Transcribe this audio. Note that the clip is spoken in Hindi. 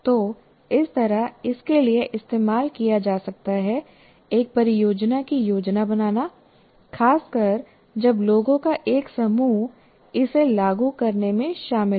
तो इस तरह इसके लिए इस्तेमाल किया जा सकता है एक परियोजना की योजना बनाना खासकर जब लोगों का एक समूह इसे लागू करने में शामिल हो